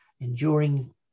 enduring